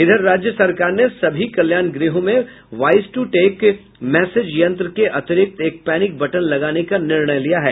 उधर राज्य सरकार ने सभी कल्याण गृहों में वायस ट्र टेक मैसेज यंत्र के अतिरिक्त एक पैनिक बटन लगाने का निर्णय लिया है